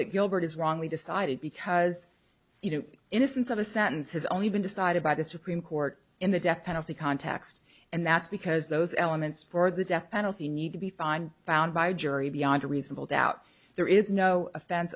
that gilbert is wrongly decided because you know innocence of a sentence has only been decided by the supreme court in the death penalty context and that's because those elements for the death penalty need to be fined found by a jury beyond a reasonable doubt there is no offense